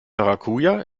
maracuja